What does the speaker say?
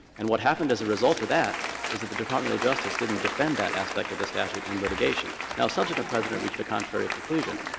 and what happened as a result of that is that the department of justice didn't defend that aspect of the statute in litigation. now, a subsequent president reached a contrary conclusion.